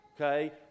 okay